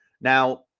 Now